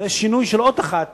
זה שינוי של אות אחת